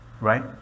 right